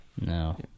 No